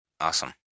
Awesome